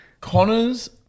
Connor's